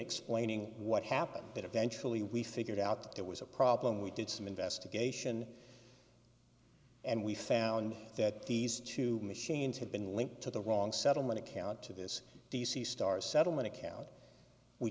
explaining what happened that eventually we figured out that there was a problem we did some investigation and we found that these two machines had been linked to the wrong settlement account to this d c star settlement account we